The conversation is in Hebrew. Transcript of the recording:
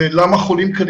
למה חולים קלים